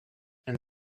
and